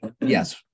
Yes